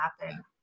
happen